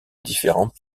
différents